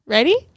Ready